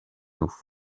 nous